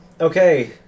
okay